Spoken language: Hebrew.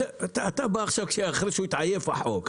אתה בא עכשיו, אחרי שהוא התעייף החוק.